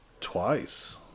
twice